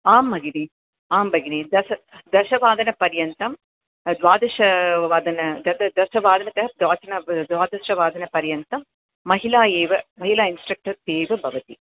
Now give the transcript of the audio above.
आं भगिनि आं भगिनि दश दशवादनपर्यन्तं द्वादशवादन तद् दशवादनतः द्वादशन द्वादशवादनपर्यन्तं महिला एव महिला इन्स्ट्रक्टर्स् एव भवन्ति